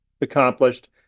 accomplished